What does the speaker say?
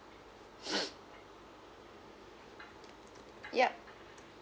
yup